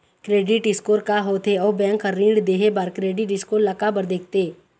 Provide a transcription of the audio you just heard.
Credit score का होथे अउ बैंक हर ऋण देहे बार क्रेडिट स्कोर ला काबर देखते?